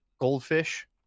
goldfish